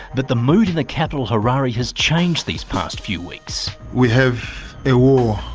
but the mood in the capital, harare, has changed these past few weeks. we have a war